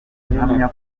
mpamya